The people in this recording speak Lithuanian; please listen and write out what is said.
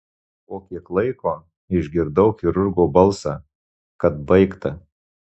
po kiek laiko išgirdau chirurgo balsą kad baigta